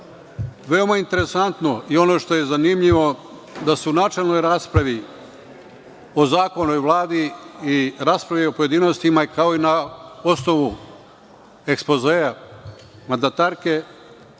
Veoma interesantno, i ono što je zanimljivo da su u načelnoj raspravi o zakonu i Vladi i raspravi u pojedinostima, kao i na osnovu ekspozea mandatarke